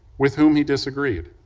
with whom he disagreed.